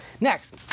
Next